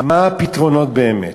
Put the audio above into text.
מה הפתרונות באמת?